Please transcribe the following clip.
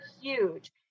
huge